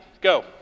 Go